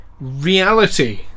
reality